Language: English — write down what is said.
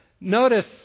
notice